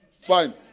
Fine